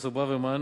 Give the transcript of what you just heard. פרופסור ברוורמן,